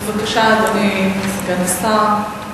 בבקשה, אדוני סגן השר.